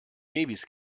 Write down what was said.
babys